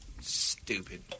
Stupid